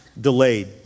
delayed